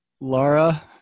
Laura